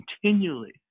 continually